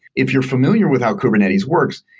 if you're familiar with how kubernetes works,